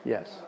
Yes